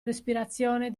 respirazione